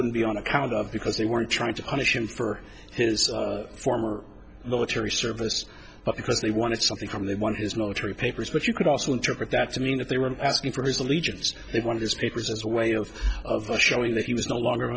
would be on account of because they weren't trying to punish him for his former military service but because they wanted something from the one his military papers but you could also interpret that to mean that they were asking for his allegiance they wanted his papers as a way of of showing that he was no longer